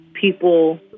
people